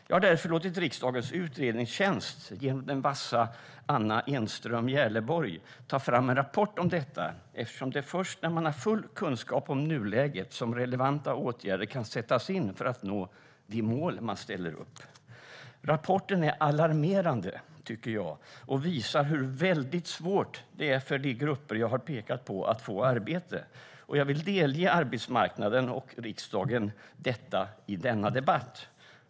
Jag har därför låtit riksdagens utredningstjänst, den vassa Anna Enström Järleborg, ta fram en rapport om detta, eftersom det är först när man har full kunskap om nuläget som relevanta åtgärder kan sättas in för att nå de mål som man ställer upp. Rapporten tycker jag är alarmerande och visar hur väldigt svårt det är för de grupper som jag har pekat på att få arbete. Jag vill delge arbetsmarknadsministern och riksdagen detta i denna debatt.